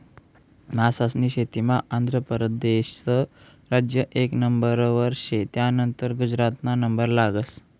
मासास्नी शेतीमा आंध्र परदेस राज्य एक नंबरवर शे, त्यानंतर गुजरातना नंबर लागस